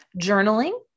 journaling